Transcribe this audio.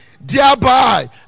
thereby